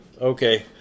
Okay